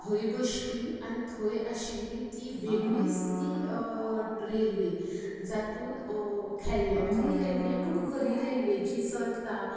थंय बशपी आनी थंय आशिल्ली ती वेगळीच ती रेल्वे जातूंत खेळण्यांतली रेल्वे पूण खरीं रेल्वे जी चलता